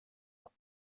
ans